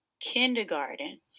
kindergarten